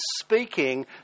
speaking